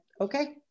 okay